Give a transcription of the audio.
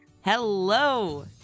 Hello